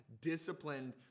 disciplined